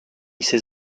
ses